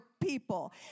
people